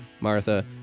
Martha